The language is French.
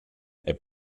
est